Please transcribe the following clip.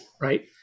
right